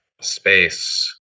space